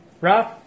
Rob